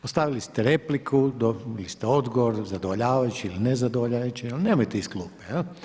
Postavili ste repliku, dobili ste odgovor, zadovoljavajući ili nezadovoljavajući ali nemojte iz klupe, jel'